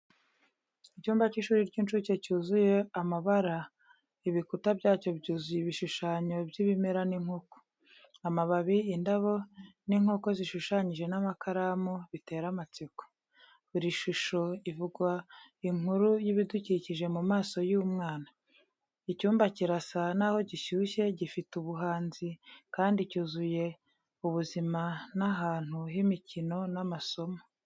Icyumba cy'ishuri ry'incuke cyuzuye amabara, ibikuta byacyo byuzuye ibishushanyo by'ibimera n’inkoko. Amababi, indabo, n’inkoko zishushanyijwe n’amakaramu bitera amatsiko. Buri shusho ivuga inkuru y’ibidukikije mu maso y’umwana. Icyumba kirasa naho gishyushye, gifite ubuhanzi, kandi cyuzuye ubuzima n'ahantu h’imikino n’amasomo.